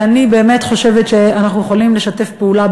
אני באמת חושבת שאנחנו יכולים לשתף פעולה,